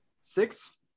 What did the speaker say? six